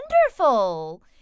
wonderful